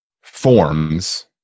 forms